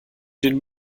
den